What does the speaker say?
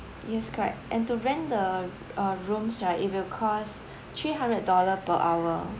yes correct and to rent the uh rooms right it will cost three hundred dollar per hour